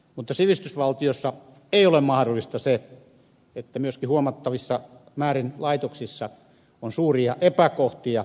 mutta sivistysvaltiossa ei ole mahdollista se että laitoksissa on huomattavissa määrin myöskin suuria epäkohtia